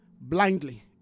blindly